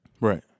Right